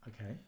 Okay